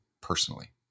personally